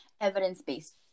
evidence-based